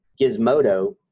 Gizmodo